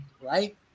Right